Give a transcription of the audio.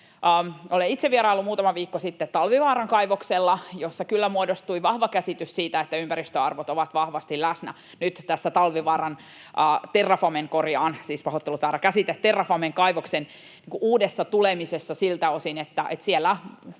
Olen itse vieraillut muutama viikko sitten Talvivaaran kaivoksella, jolla kyllä muodostui vahva käsitys siitä, että ympäristöarvot ovat vahvasti läsnä nyt tässä Talvivaaran — Terrafamen, korjaan, pahoittelut, siis väärä käsite — Terrafamen kaivoksen uudessa tulemisessa siltä osin, että siellä